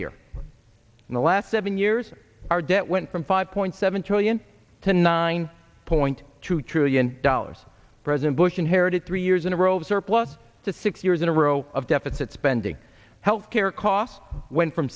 here in the last seven years our debt went from five point seven trillion to nine point two trillion dollars president bush inherited three years in a row of surplus to six years in a row of deficit spending health care costs went from